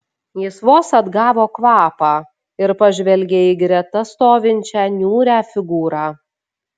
jis vos atgavo kvapą ir pažvelgė į greta stovinčią niūrią figūrą